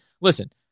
listen